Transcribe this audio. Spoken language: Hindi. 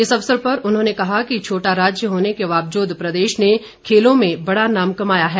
इस अवसर पर उन्होंने कहा कि छोटा राज्य होने के बावजूद प्रदेश ने खेलों में बड़ा नाम कमाया है